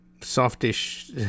softish